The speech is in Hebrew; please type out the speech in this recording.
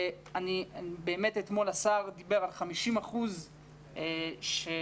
אתמול השר דיבר על 50% שיקבלו.